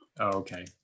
Okay